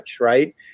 right